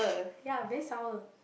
ya very sour